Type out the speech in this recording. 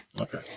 Okay